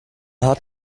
hat